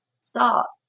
stop